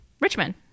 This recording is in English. Richmond